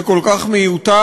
וכל כך מיותר,